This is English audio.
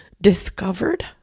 discovered